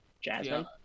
Jasmine